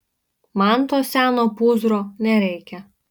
man to seno pūzro nereikia